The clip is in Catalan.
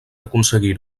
aconseguir